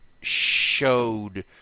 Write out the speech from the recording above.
showed